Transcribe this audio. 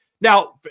Now